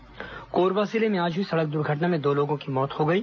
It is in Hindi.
दुर्घटना कोरबा जिले में आज हुई सड़क दुर्घटना में दो लोगों की मौत हो गई